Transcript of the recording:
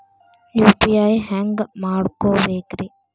UPI ಹ್ಯಾಂಗ ಮಾಡ್ಕೊಬೇಕ್ರಿ?